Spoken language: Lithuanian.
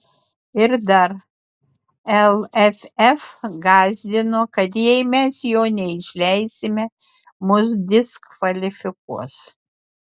ir dar lff gąsdino kad jei mes jo neišleisime mus diskvalifikuos